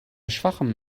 schwachem